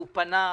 הוא פנה,